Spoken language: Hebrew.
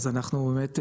אז אנחנו באמת,